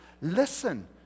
Listen